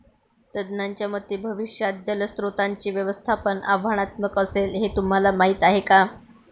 तज्ज्ञांच्या मते भविष्यात जलस्रोतांचे व्यवस्थापन आव्हानात्मक असेल, हे तुम्हाला माहीत आहे का?